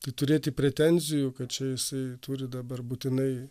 tai turėti pretenzijų kad čia jisai turi dabar būtinai